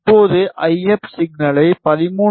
இப்போது ஐஎப் சிக்னலை 13